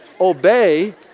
obey